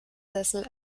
sessel